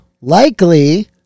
Likely